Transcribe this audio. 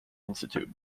institute